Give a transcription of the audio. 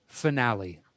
finale